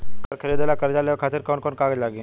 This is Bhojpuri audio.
घर खरीदे ला कर्जा लेवे खातिर कौन कौन कागज लागी?